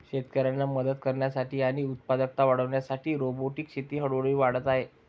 शेतकऱ्यांना मदत करण्यासाठी आणि उत्पादकता वाढविण्यासाठी रोबोटिक शेती हळूहळू वाढत आहे